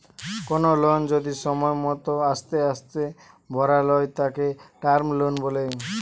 কোনো লোন যদি সময় মতো আস্তে আস্তে ভরালয় তাকে টার্ম লোন বলে